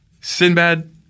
Sinbad